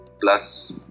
plus